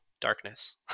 darkness